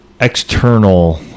external